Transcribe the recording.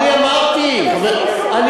אני רק מבקש, תעשה ניסוי.